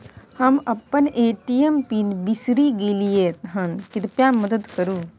हम अपन ATM pin बिसरि गलियै हन, कृपया मदद करु